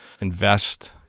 invest